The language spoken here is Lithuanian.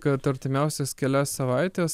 kad artimiausias kelias savaites